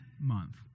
month